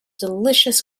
delicious